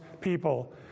people